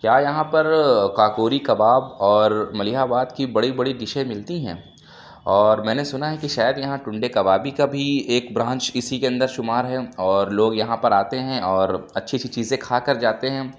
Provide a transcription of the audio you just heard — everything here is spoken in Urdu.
کیا یہاں پر كاكوری کباب اور ملیح آباد كی بڑی بڑی ڈشیں ملتی ہیں اور میں نے سُنا ہے کہ شاید یہاں ٹُنڈے كباب كا بھی ایک براںچ اِسی كے اندر شُمار ہے اور لوگ یہاں پر آتے ہیں اور اچھی اچھی چیزیں کھا کر جاتے ہیں